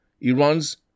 Iran's